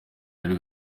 ari